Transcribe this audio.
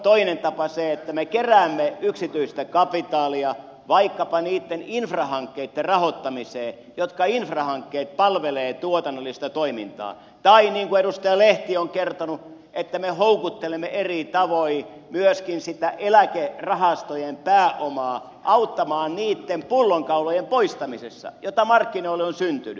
toinen tapa on se että me keräämme yksityistä kapitaalia vaikkapa niitten infrahankkeitten rahoittamiseen jotka palvelevat tuotannollista toimintaa tai niin kuin edustaja lehti on kertonut me houkuttelemme eri tavoin myöskin sitä eläkerahastojen pääomaa auttamaan niitten pullonkaulojen poistamisessa joita markkinoille on syntynyt